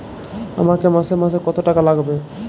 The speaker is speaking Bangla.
আমাকে মাসে মাসে কত টাকা লাগবে?